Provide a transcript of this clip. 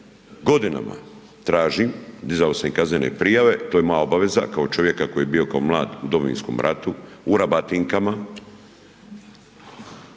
godinama tražim, dizao sam i kaznene prijave, to je moja obaveza kao čovjeka koji je bio kao mlad u Domovinskom ratu u rebatinkama,